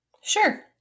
Sure